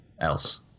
else